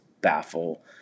baffle